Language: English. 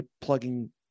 plugging